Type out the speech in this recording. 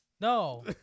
No